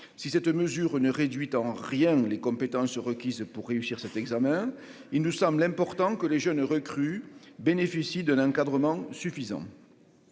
si cette mesure ne réduit en rien les compétences requises pour réussir cet examen, il nous semble important que les jeunes recrues bénéficient d'un encadrement suffisant,